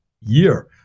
year